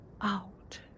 out